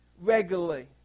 regularly